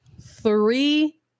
three